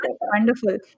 Wonderful